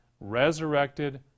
Resurrected